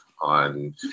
on